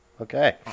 Okay